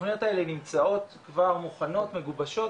התוכניות האלה נמצאות כבר מוכנות מגובשות